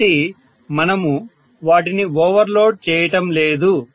కాబట్టి మనము వాటిని ఓవర్ లోడ్ చేయటం లేదు